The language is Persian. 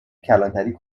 کلانتری